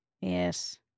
Yes